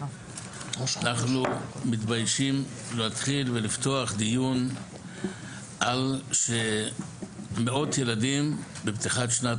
אנחנו מתביישים להתחיל ולפתוח דיון על שמאות ילדים בפתיחת שנת